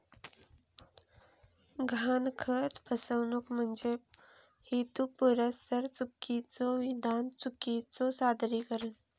गहाणखत फसवणूक म्हणजे हेतुपुरस्सर चुकीचो विधान, चुकीचो सादरीकरण